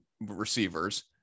receivers